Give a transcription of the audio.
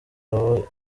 abo